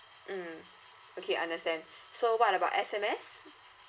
mm okay understand so what about S_M_S